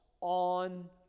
on